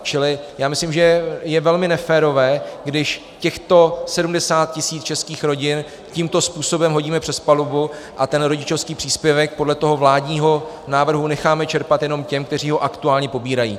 Čili já myslím, že je velmi neférové, když těchto 70 tisíc českých rodin tímto způsobem hodíme přes palubu a rodičovský příspěvek podle toho vládního návrhu necháme čerpat jenom těm, kteří ho aktuálně pobírají.